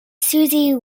susie